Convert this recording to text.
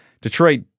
Detroit